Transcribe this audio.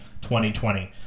2020